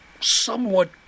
somewhat